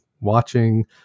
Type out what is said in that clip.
watching